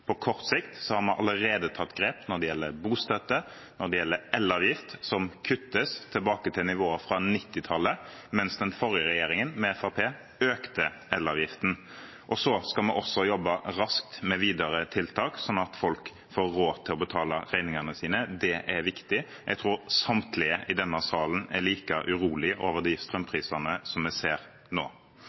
På kort sikt har vi allerede tatt grep når det gjelder bostøtte, når det gjelder elavgift, som kuttes tilbake til nivået fra 1990-tallet, mens den forrige regjeringen – med Fremskrittspartiet – økte elavgiften. Så skal vi også jobbe raskt med videre tiltak, sånn at folk får råd til å betale regningene sine. Det er viktig. Jeg tror samtlige i denne salen er like urolige over de strømprisene som vi ser nå.